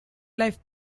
life